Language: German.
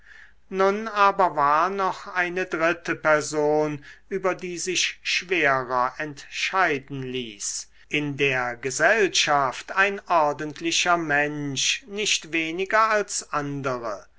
nun aber war noch eine dritte person über die sich schwerer entscheiden ließ in der gesellschaft ein ordentlicher mensch nicht weniger als andere